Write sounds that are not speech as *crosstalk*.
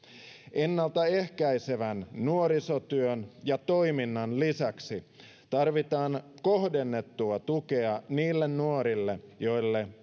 ennalta ehkäisevän nuorisotyön ja toiminnan lisäksi tarvitaan kohdennettua tukea niille nuorille joille *unintelligible*